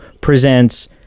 presents